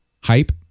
hype